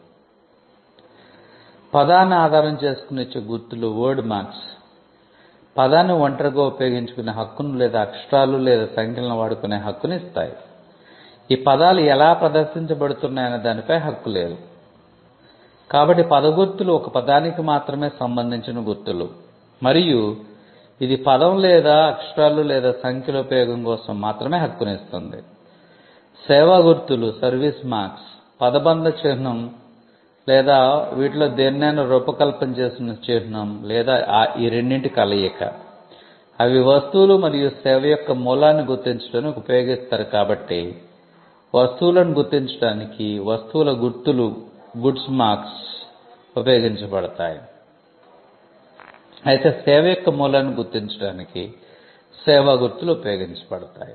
'పదాన్ని ఆధారం చేసుకుని ఇచ్చే గుర్తులు' ఉపయోగించబడతాయి అయితే సేవ యొక్క మూలాన్ని గుర్తించడానికి సేవా గుర్తులు ఉపయోగించబడతాయి